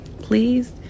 please